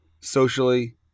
socially